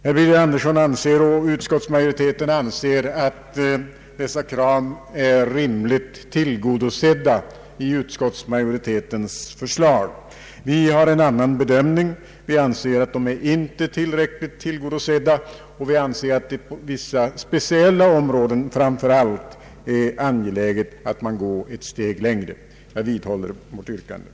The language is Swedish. Herr Birger Andersson och utskottsmajoriteten anser att dessa krav är rimligt tillgodosedda i utskottsmajoritetens förslag. Vi har en annan bedömning och menar att de inte är tillräckligt tillgodosedda. Vi anser att det framför allt på vissa speciella områden är angeläget att gå ett steg längre. Herr talman! Jag vidhåller vårt yrkande.